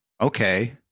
okay